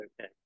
okay